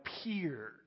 appeared